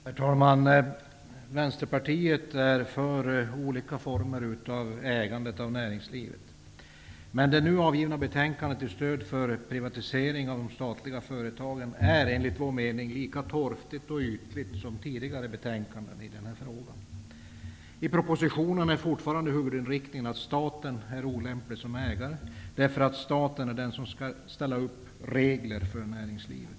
Herr talman! Vänsterpartiet är för olika former av ägande i näringslivet. Men det nu avgivna betänkandet om stöd till privatisering av statliga företag är, enligt vår mening, lika torftigt och ytligt som tidigare betänkanden i denna fråga. I propositionen är fortfarande huvudinriktningen att staten är olämplig som ägare då staten är den som skall ställa upp regler för näringslivet.